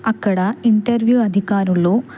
అక్కడ ఇంటర్వ్యూ అధికారులు